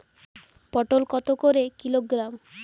পটল কত করে কিলোগ্রাম?